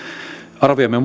arviomme